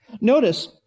Notice